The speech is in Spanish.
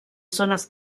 zonas